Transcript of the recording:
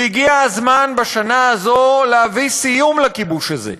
והגיע הזמן, בשנה הזאת, להביא סיום לכיבוש הזה,